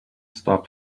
stop